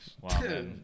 Wow